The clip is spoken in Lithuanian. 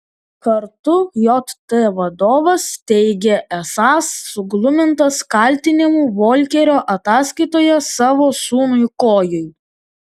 kartu jt vadovas teigė esąs suglumintas kaltinimų volkerio ataskaitoje savo sūnui kojui